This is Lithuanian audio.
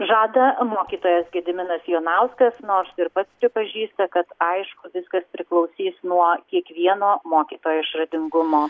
žada mokytojas gediminas jonauskas nors ir pats pripažįsta kad aišku viskas priklausys nuo kiekvieno mokytojo išradingumo